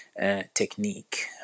technique